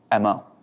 MO